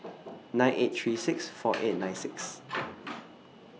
nine eight three six four eight nine six